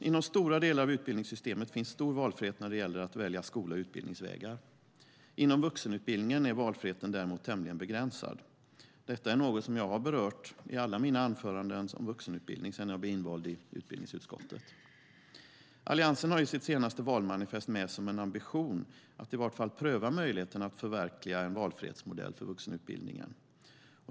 Inom stora delar av utbildningssystemet finns stor valfrihet när det gäller att välja skola och utbildningsvägar. Inom vuxenutbildningen är valfriheten däremot tämligen begränsad. Detta är något jag har berört i alla mina anföranden om vuxenutbildning sedan jag blev invald i utbildningsutskottet. Alliansen har i sitt senaste valmanifest med som en ambition att pröva möjligheten att förverkliga en valfrihetsmodell för vuxenutbildningen.